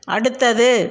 அடுத்தது